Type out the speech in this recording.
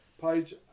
Page